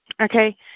okay